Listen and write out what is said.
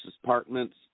Department's